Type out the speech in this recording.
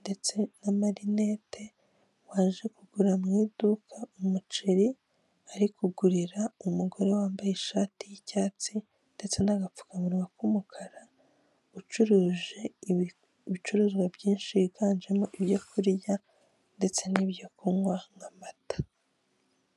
ndetse n'amarinete waje kugura mu iduka umuceri, ari kugurira umugore wambaye ishati y'icyatsi, ndetse n'agapfukamunwa k'umukara. Ucuruje ibicuruzwa byinshi yiganjemo ibyo kurya ndetse n'ibyo kunywa nk'amata.